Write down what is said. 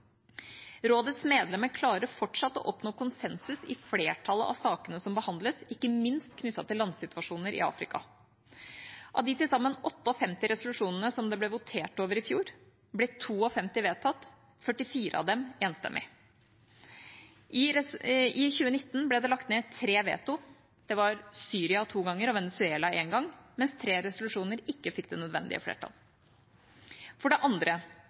Rådets medlemmer klarer fortsatt å oppnå konsensus i flertallet av sakene som behandles, ikke minst knyttet til landsituasjoner i Afrika. Av de til sammen 58 resolusjonene det ble votert over i fjor, ble 52 vedtatt, 44 av dem enstemmig. I 2019 ble det lagt ned tre veto – Syria to ganger og Venezuela én gang – mens tre resolusjoner ikke fikk det nødvendige flertall. For det andre,